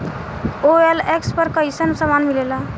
OLX पर कइसन सामान मीलेला?